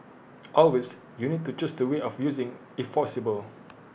always you need to choose the way of using if possible